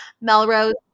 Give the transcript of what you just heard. Melrose